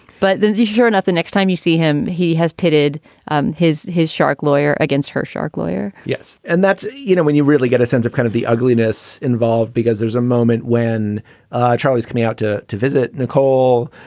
but then, sure enough, the next time you see him, he has pitted um his his shark lawyer against her shark lawyer yes. and that's, you know, when you really get a sense of kind of the ugliness involved, because there's a moment when charlie's coming out to to visit nicole.